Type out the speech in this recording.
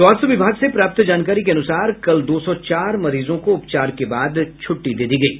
स्वास्थ्य विभाग से प्राप्त जानकारी के अनुसार कल दो सौ चार मरीजों को उपचार के बाद छूट्टी दे दी गयी